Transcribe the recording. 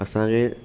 असांखे